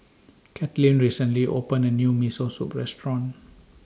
Katlin recently opened A New Miso Soup Restaurant